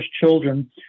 children